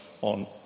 on